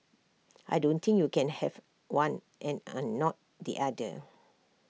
I don't think you can have one and not the other